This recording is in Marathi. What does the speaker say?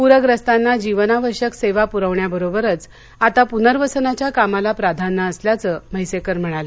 पूरग्रस्तांना जीवनावश्यक सेवा पुरवण्याबरोबरच आता पुनर्वसनाच्या कामाला प्राधान्य असल्याचं म्हेसेकर म्हणाले